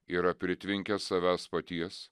yra pritvinkęs savęs paties